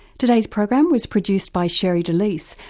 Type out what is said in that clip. today's program was produced by sherre delys.